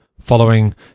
following